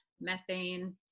methane